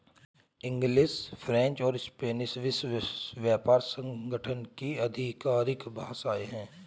English, French और Spanish विश्व व्यापार संगठन की आधिकारिक भाषाएं है